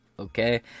Okay